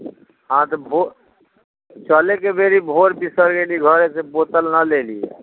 हाँ तऽ भो चलैके बेरी भोर बिसरि गेली घरेसँ बोतल नहि लेलियै